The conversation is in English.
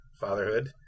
fatherhood